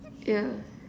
yeah